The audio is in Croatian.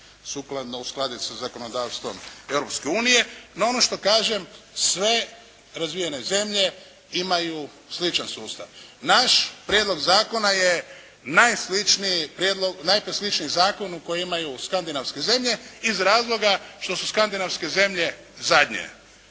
sukladno uskladiti sa zakonodavstvom Europske Unije. No, ono što kažem, sve razvijene zemlje imaju sličan sustav. Naš prijedlog zakona je najsličniji zakonu koji imaju skandinavske zemlje iz razloga što su skandinavske zemlje zadnje,